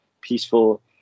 peaceful